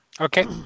Okay